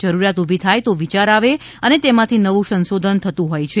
જરૂરીયાત ઉભી થાય તો વિચાર આવે અને તેમાંથી નવું સંશોધન થતું હોય છે